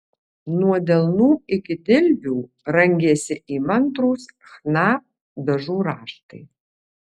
nuo delnų iki dilbių rangėsi įmantrūs chna dažų raštai